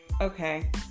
Okay